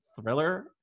thriller